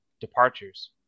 departures